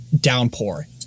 downpour